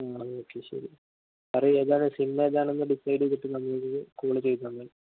ആ ഓക്കെ ശരി പറയൂ ഏതാണ് സിം ഏതാണെന്ന് ഡിസൈഡ് ചെയ്തിട്ട് നമുക്ക് കോള് ചെയ്താല് മതി